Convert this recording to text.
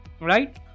right